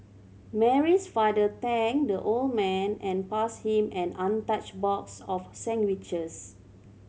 Mary's father thanked the old man and passed him an untouched box of sandwiches